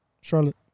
Charlotte